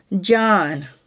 John